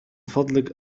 فضلك